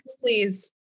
please